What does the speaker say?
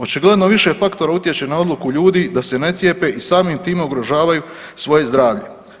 Očigledno više faktora utječe na odluku ljudi da se ne cijepe i samim time ugrožavaju svoje zdravlje.